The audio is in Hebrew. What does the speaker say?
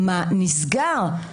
מה נסגר?